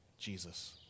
Jesus